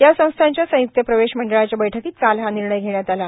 या संस्थाच्या संय्क्त प्रवेश मंडळाच्या बैठकीत काल हा निर्णय घेण्यात आला